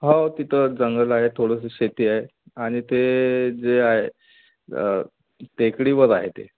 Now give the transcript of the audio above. हो तिथं जंगल आहे थोडंसं शेती आहे आणि ते जे आहे टेकडीवर आहे ते